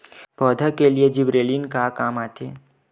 पौधा के लिए जिबरेलीन का काम आथे?